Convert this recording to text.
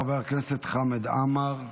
חבר הכנסת חמד עמאר,